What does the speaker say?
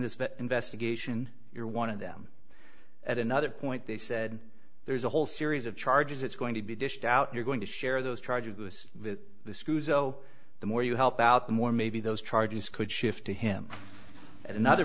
this investigation you're one of them at another point they said there's a whole series of charges it's going to be dished out you're going to share those charges the screws though the more you help out the more maybe those charges could shift to him at another